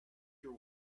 your